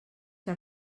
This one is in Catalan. que